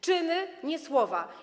Czyny, nie słowa.